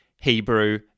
Hebrew